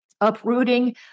Uprooting